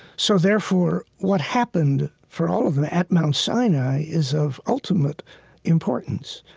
so therefore, what happened for all of them at mount sinai is of ultimate importance.